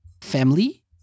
family